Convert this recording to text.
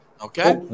Okay